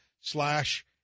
slash